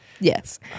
Yes